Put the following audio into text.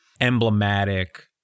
emblematic